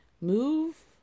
move